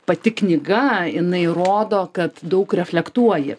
pati knyga jinai rodo kad daug reflektuoji